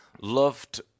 loved